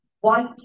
white